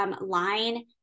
line